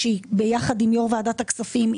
שהיא ביחד עם יו"ר ועדת הכספים,